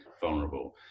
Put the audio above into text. vulnerable